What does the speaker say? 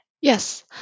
Yes